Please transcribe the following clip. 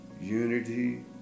unity